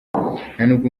ntabwo